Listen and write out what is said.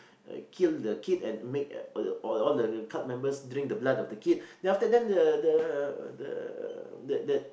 kill the kid and make uh all all the cult members drink the blood of the kid the the the the